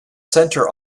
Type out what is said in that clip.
center